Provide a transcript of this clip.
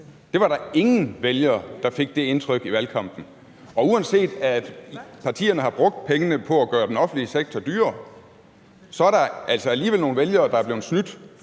Der var ingen vælgere, der fik det indtryk i valgkampen. Og uanset at partierne har brugt pengene på at gøre den offentlige sektor dyrere, er der altså alligevel nogle vælgere, der er blevet snydt